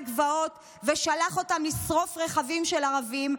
גבעות ושלח אותם לשרוף רכבים של ערבים,